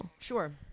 sure